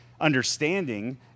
understanding